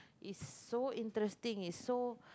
is so interesting it's so